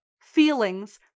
feelings